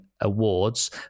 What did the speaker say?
Awards